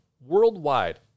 worldwide